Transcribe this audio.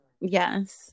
Yes